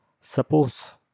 Suppose